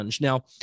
Now